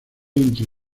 entre